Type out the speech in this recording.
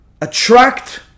attract